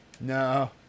No